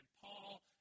Paul